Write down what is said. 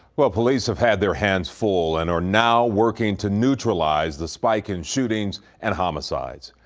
well, police have had their hands full and are now working to neutralize the spike in shootings and homicides.